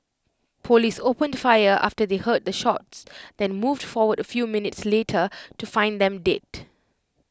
Police opened fire after they heard the shots then moved forward A few minutes later to find them dead